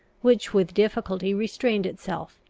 which with difficulty restrained itself,